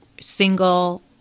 single